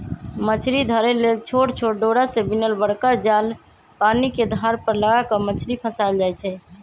मछरी धरे लेल छोट छोट डोरा से बिनल बरका जाल पानिके धार पर लगा कऽ मछरी फसायल जाइ छै